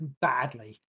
badly